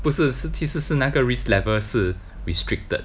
不是是其实是那个 risk level 是 restricted